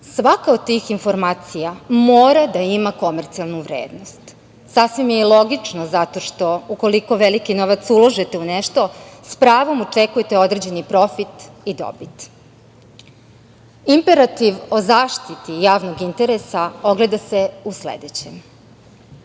Svaka od tih informacija mora da ima komercijalnu vrednost. Sasvim je logično zato što, ukoliko veliki novac uložite u nešto, s pravom očekujete određeni profit i dobit. Imperativ o zaštiti javnog interesa ogleda se u sledećem.